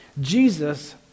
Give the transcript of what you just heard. Jesus